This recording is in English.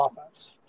offense